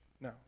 No